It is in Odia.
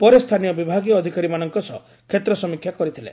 ପରେ ସ୍ଚାନୀୟ ବିଭାଗୀୟ ଅଧିକାରୀମାନଙ୍କ ସହ କ୍ଷେତ୍ର ସମୀକ୍ଷା କରିଥିଲେ